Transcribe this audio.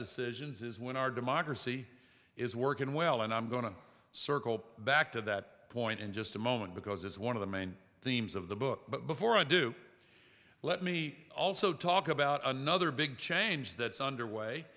decisions is when our democracy is working well and i'm going to circle back to that point in just a moment because it's one of the main themes of the book but before i do let me also talk about another big change that's underway